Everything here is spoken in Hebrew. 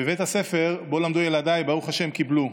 בבית הספר שבו למדו ילדיי, ברוך השם, קיבלו.